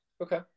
Okay